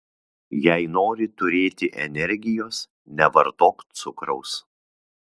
jei nori turėti energijos nevartok cukraus